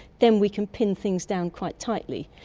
then we can pin things down quite tightly.